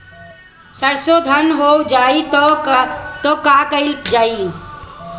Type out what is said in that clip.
सरसो धन हो जाई त का कयील जाई?